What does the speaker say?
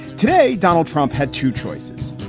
today, donald trump had two choices.